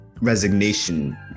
resignation